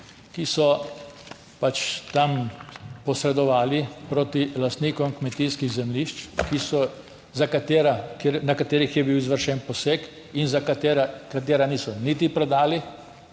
ki so pač tam posredovali proti lastnikom kmetijskih zemljišč, na katerih je bil izvršen poseg in ki jih niso niti prodali